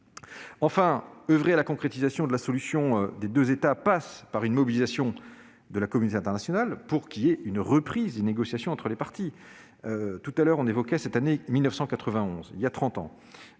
Enfin, oeuvrer à la concrétisation de la solution des deux États passe par une mobilisation de la communauté internationale pour aboutir à la reprise des négociations entre les parties. L'un d'entre vous a évoqué l'année 1991, il y a trente